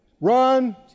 Run